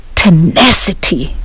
tenacity